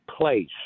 place